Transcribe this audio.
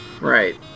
Right